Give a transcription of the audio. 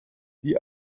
die